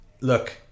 look